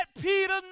Peter